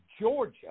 Georgia